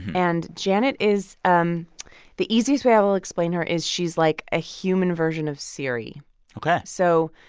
and janet is um the easiest way i will explain her is she's like a human version of siri ok so,